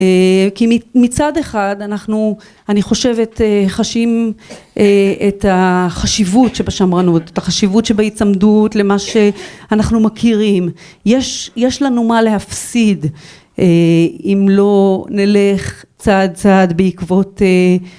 כי מצד אחד אנחנו אני חושבת חשים את החשיבות שבשמרנות, את החשיבות שבהצמדות למה שאנחנו מכירים, יש לנו מה להפסיד אם לא נלך צעד צעד בעקבות